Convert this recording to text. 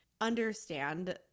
Understand